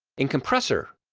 in compressor,